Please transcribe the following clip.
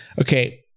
okay